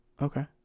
Okay